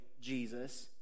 Jesus